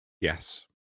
Yes